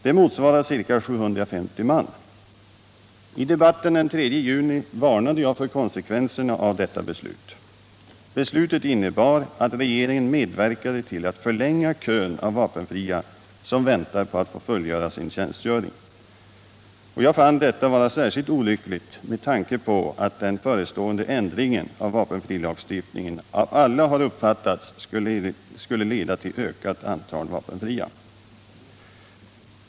Det motsvarar ca 750 man. I debatten den 3 juni varnade jag för konsekvenserna av detta beslut. Beslutet innebar att regeringen medverkade till att förlänga kön av vapenfria som väntar på att få fullfölja sin tjänstgöring. Jag fann detta vara särskilt olyckligt med tanke på att alla har uppfattat den förestående ändringen av vapenfrilagstiftningen så, att den skulle leda till en ökning av antalet vapenfria.